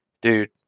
dude